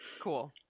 Cool